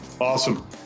Awesome